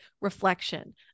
reflection